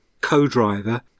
co-driver